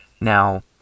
now